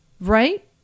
Right